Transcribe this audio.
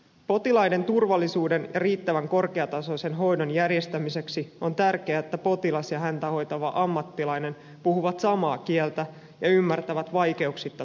potilaiden turvallisuuden ja riittävän korkeatasoisen hoidon järjestämiseksi on tärkeää että potilas ja häntä hoitava ammattilainen puhuvat samaa kieltä ja ymmärtävät vaikeuksitta toisiaan